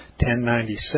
1096